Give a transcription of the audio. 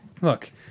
Look